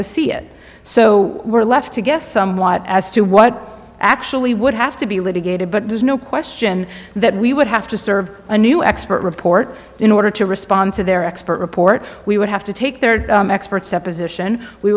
to see it so we're left to guess as to what actually would have to be litigated but there's no question that we would have to serve a new expert report in order to respond to their expert report we would have to take their experts opposition we